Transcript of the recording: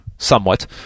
Somewhat